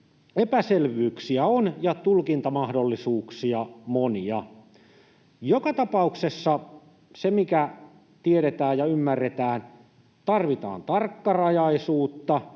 epäselvyyksiä on ja tulkintamahdollisuuksia monia. Joka tapauksessa se, mikä tiedetään ja ymmärretään, on se, että tarvitaan tarkkarajaisuutta.